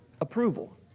approval